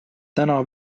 täna